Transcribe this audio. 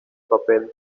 papel